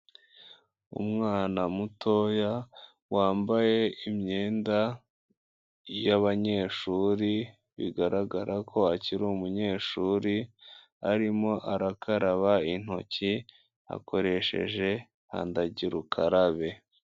Umwana mutoya wambaye imyenda y'abanyeshuri, bigaragara ko akiri umunyeshuri, arimo arakaraba intoki, akoresheje kandagira ukarabe.